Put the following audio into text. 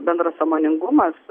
bendras sąmoningumas